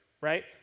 right